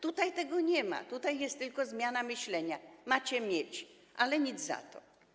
Tutaj tego nie ma, tutaj jest tylko zmiana myślenia - macie mieć, ale nic w zamian za to.